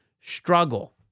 struggle